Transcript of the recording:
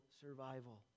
survival